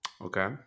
okay